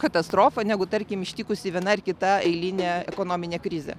katastrofa negu tarkim ištikusi viena ar kita eilinė ekonominė krizė